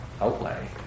outlay